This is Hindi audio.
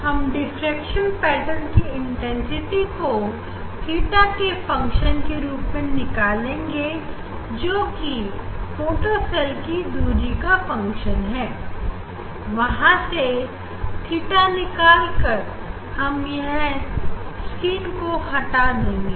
हम डिफ्रेक्शन पेटर्न की इंटेंसिटी को थीटा के फंक्शन के रूप में निकालेंगे जोकि फोटो सेल की दूरी का फंक्शन है और वहां से थीटा निकालकर हम यह स्क्रीन को हटा देंगे